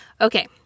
Okay